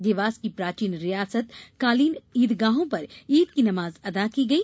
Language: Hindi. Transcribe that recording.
देवास की प्राचीन रियासत कालीन ईदगाहों पर ईद की नमाज अता की गई